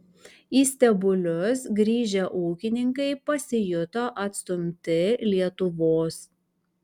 į stebulius grįžę ūkininkai pasijuto atstumti lietuvos